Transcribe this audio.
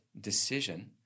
decision